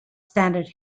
standard